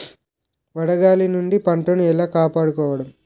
వడగాలి నుండి పంటను ఏలా కాపాడుకోవడం?